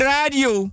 Radio